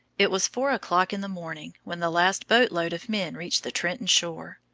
it was four o'clock in the morning when the last boat-load of men reached the trenton shore.